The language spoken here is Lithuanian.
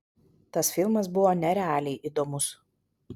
tas filmas buvo nerealiai įdomus